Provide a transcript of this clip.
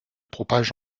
propage